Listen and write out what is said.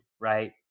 right